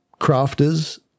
crafters